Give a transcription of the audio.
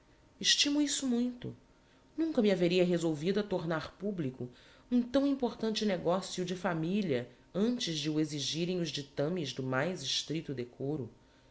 estimo isso muito nunca me haveria resolvido a tornar publico um tão importante negocio de familia antes de o exigirem os dictames do mais estricto decoro